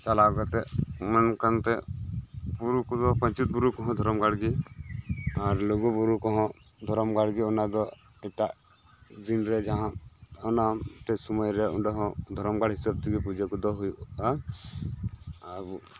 ᱪᱟᱞᱟᱣ ᱠᱟᱛᱮᱫ ᱢᱟᱹᱱ ᱠᱟᱛᱮᱫ ᱵᱩᱨᱩ ᱠᱚᱫᱚ ᱯᱟᱧᱪᱤᱛ ᱵᱩᱨᱩ ᱠᱚᱦᱚᱸ ᱫᱷᱚᱨᱚᱢᱜᱟᱲ ᱜᱮ ᱟᱨ ᱞᱩᱜᱩ ᱵᱩᱨᱩ ᱠᱚᱦᱚᱸ ᱫᱷᱚᱨᱚᱢᱜᱟᱲ ᱜᱮ ᱚᱱᱟ ᱫᱚ ᱮᱴᱟᱜ ᱫᱤᱱᱨᱮ ᱡᱟᱦᱟᱸ ᱚᱱᱟ ᱢᱤᱫ ᱴᱮᱱ ᱥᱳᱢᱳᱭ ᱨᱮ ᱦᱚᱸ ᱫᱷᱚᱨᱚᱢᱜᱟᱲ ᱦᱤᱥᱟᱹᱵᱽ ᱛᱮᱜᱮ ᱯᱩᱡᱟᱹ ᱠᱚᱫᱚ ᱦᱳᱭᱳᱜᱼᱟ ᱟᱨ ᱟᱵᱚ